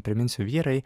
priminsiu vyrai